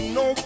no